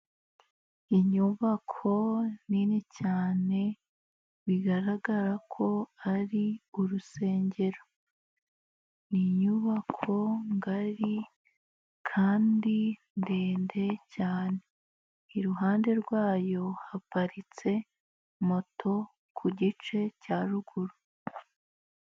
Inyubako nini cyane bigaragara ko ari urusengero ni inyubako ngari kandi ndende cyane iruhande rwayo haparitse moto ku gice cya ruguru.